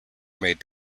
made